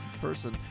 person